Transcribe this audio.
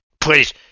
please